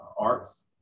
arts